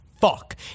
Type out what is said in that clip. fuck